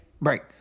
Break